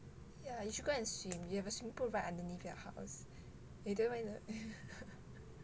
ya you should go and swim you have a swimming pool right underneath your house then don't even